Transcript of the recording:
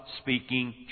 speaking